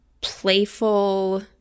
playful